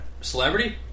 Celebrity